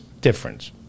difference